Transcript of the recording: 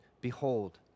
Behold